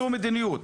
זו מדיניות.